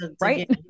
Right